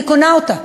אני קונה אותה.